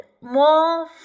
more